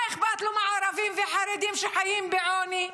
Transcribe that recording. מה אכפת לו מהערבים והחרדים שחיים בעוני?